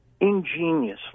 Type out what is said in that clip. ingeniously